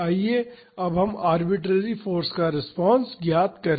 आइए अब हम आरबिटरेरी फाॅर्स का रिस्पांस ज्ञात करें